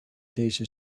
deze